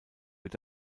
wird